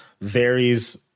varies